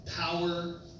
power